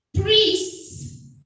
priests